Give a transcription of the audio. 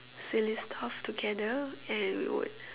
silly stuff together and would